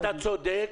אתה צודק.